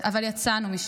אבל יצאנו משם.